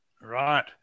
Right